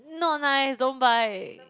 not nice don't buy